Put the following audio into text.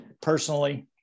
personally